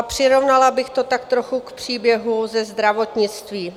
Přirovnala bych to tak trochu k příběhu ze zdravotnictví.